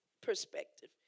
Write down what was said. perspective